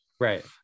right